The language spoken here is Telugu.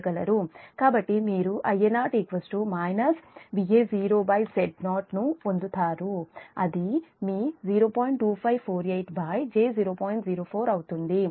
కాబట్టి మీరు Ia0 Va0Z0 ను పొందుతారు అది మీ 0